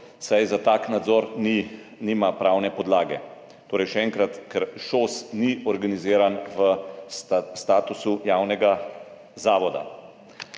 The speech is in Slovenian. saj za tak nadzor nima pravne podlage. Torej, še enkrat, ker ŠOS ni organiziran v statusu javnega zavoda.